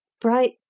Bright